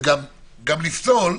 וגם לפסול.